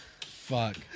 Fuck